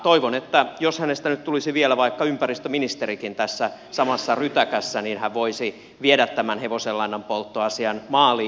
toivon että jos hänestä nyt tulisi vielä vaikka ympäristöministerikin tässä samassa rytäkässä niin hän voisi viedä tämän hevosenlannanpolttoasian maaliin